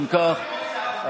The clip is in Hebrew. אם כך,